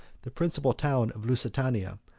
the principal town of lusitania,